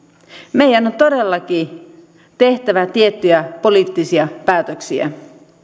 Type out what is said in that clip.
meidän on todellakin tehtävä tiettyjä poliittisia päätöksiä